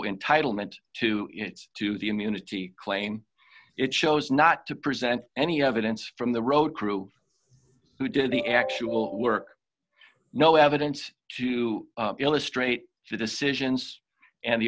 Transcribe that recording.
entitle meant to to the immunity claim it shows not to present any evidence from the road crew who did the actual work no evidence to illustrate the decisions and the